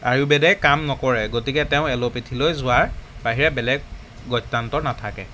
আয়ুৰ্বেদে কাম নকৰে গতিকে তেওঁ এল'পেথিলৈ যোৱাৰ বাহিৰে বেলেগ গত্য়ান্তৰ নাথাকে